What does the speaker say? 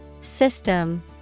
System